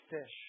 fish